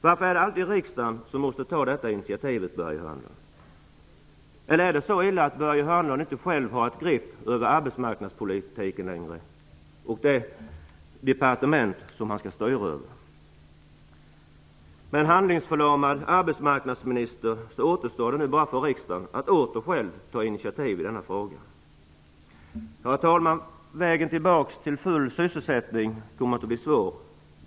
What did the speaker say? Varför är det alltid riksdagen som måste ta detta initiativ, Börje Hörnlund? Eller är det så illa att Börje Hörnlund inte själv längre har grepp över den arbetsmarknadspolitik och det departement som han skall styra över? Med en handlingsförlamad arbetsmarknadsminister återstår nu bara för riksdagen att åter ta initiativ i denna fråga. Herr talman! Vägen tillbaka till full sysselsättning kommer att bli svår.